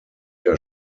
der